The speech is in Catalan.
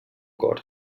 cor